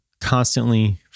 constantly